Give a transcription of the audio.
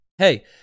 Hey